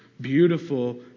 beautiful